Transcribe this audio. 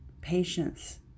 patience